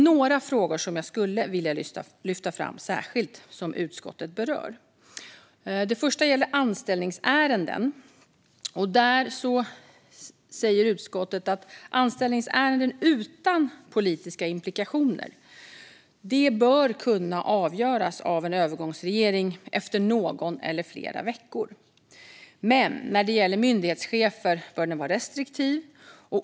Några frågor som utskottet berör skulle jag vilja lyfta fram särskilt. Den första gäller anställningsärenden. Utskottet säger att anställningsärenden utan politiska implikationer bör kunna avgöras av en övergångsregering efter någon eller flera veckor, men när det gäller myndighetschefer bör regeringen vara restriktiv.